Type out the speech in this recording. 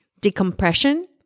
decompression